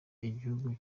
igihugu